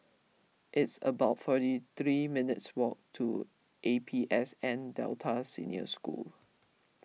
it's about forty three minutes' walk to A P S N Delta Senior School